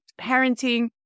parenting